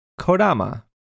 Kodama